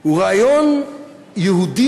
הוא רעיון יהודי,